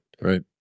Right